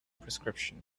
prescription